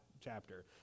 chapter